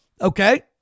Okay